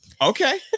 okay